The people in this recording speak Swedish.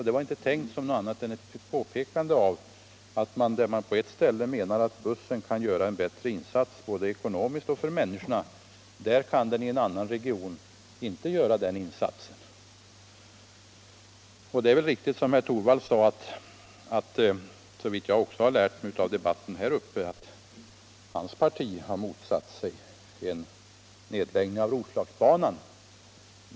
Det var inte tänkt som något annat än ett påpekande av detta. På ett ställe menar man att bussen kan göra en bättre insats både ekonomiskt och för människorna, medan man i en annan region menar att den inte kan göra det. Det är väl riktigt, som herr Torwald sade, att hans parti motsatt sig en nedläggning av Roslagsbanan; det har jag också lärt mig av debatten här uppe.